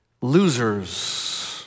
losers